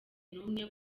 n’umwe